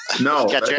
No